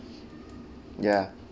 ya